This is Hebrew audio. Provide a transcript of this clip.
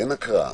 אין הקראה.